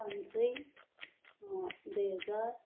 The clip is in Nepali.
पाँच सय दुई हजार